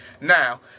Now